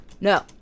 no